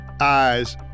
eyes